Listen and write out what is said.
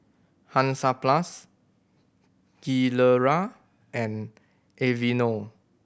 Hansaplast Gilera and Aveeno